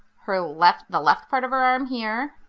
her left, the left part of her arm here,